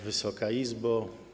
Wysoka Izbo!